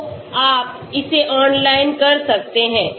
तो आप इसे ऑनलाइन कर सकते हैं